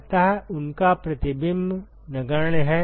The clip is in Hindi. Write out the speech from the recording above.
अतः उनका प्रतिबिंब नगण्य है